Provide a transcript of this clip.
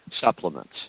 supplements